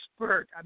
expert